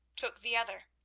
took the other,